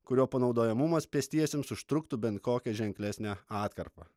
kurio panaudojamumas pėstiesiems užtruktų bent kokią ženklesnę atkarpą